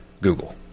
Google